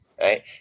right